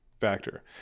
factor